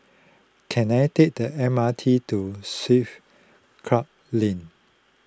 can I take the M R T to Swiss Club Lane